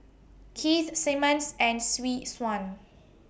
Keith Simmons and Swee Suan